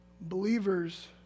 Believers